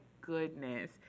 goodness